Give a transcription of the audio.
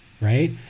Right